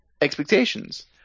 expectations